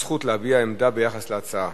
הזכות להביע עמדה ביחס להצעה